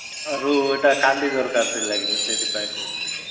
ଆରୁ ଏଇଟା କାଲି ଦରକାର ଥିଲା କି ନା ସେଥିପାଇଁ କହୁଥିଲି